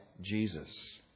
Jesus